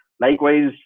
likewise